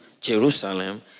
Jerusalem